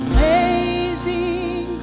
Amazing